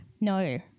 No